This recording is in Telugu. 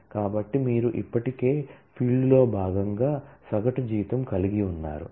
కాబట్టి మీరు ఇప్పటికే ఫీల్డ్లో భాగంగా సగటు జీతం కలిగి ఉన్నారు